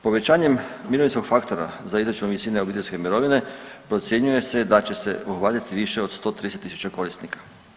Povećanjem mirovinskog faktora za izračun visine obiteljske mirovine procjenjuje se da će obuhvatiti više od 130 tisuća korisnika.